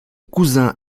cousin